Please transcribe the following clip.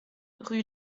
rue